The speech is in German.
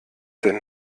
denn